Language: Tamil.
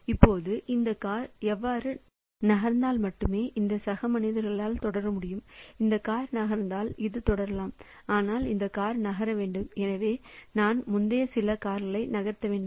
இப்போது இந்த கார் அவ்வாறு நகர்ந்தால் மட்டுமே இந்த சக மனிதனால் தொடர முடியும் இந்த கார் நகர்ந்தால் இது தொடரலாம் ஆனால் இந்த கார் நகர வேண்டும் எனவே நான் முந்தைய சில காரை நகர்த்த வேண்டும்